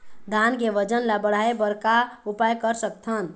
धान के वजन ला बढ़ाएं बर का उपाय कर सकथन?